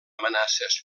amenaces